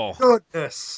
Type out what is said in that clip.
goodness